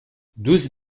douze